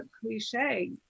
cliche